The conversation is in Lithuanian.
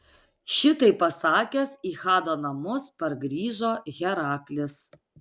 šitai pasakęs į hado namus pargrįžo heraklis